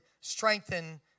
strengthen